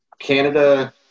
Canada